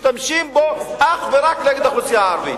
משתמשים בו אך ורק נגד האוכלוסייה הערבית?